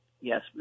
yes